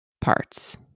parts